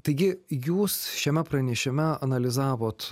taigi jūs šiame pranešime analizavot